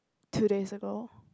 two days ago